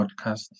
podcast